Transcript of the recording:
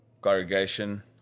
corrugation